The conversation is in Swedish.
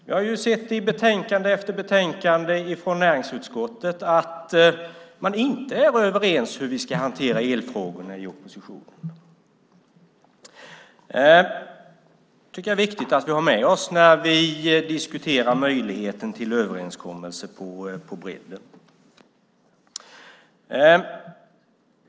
Jag har sett i betänkande efter betänkande från näringsutskottet att man i oppositionen inte är överens om hur elfrågorna ska hanteras. Det tycker jag är viktigt att vi har med oss när vi diskuterar möjligheten till överenskommelse på bredden.